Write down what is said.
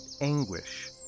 anguish